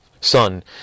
son